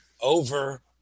over